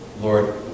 Lord